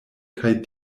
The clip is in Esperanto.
kaj